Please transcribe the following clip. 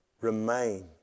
Remain